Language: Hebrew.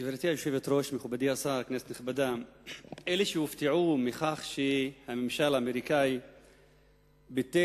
נכבדה, אלה שהופתעו מכך שהממשל האמריקני ביטל